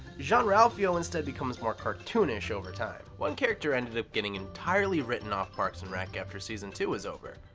jean-ralphio instead becomes more cartoonish over time. one character ended up getting entirely written off parks and rec after season two was over.